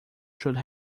should